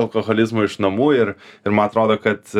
alkoholizmo iš namų ir ir ma atrodo kad